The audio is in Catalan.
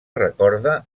recorda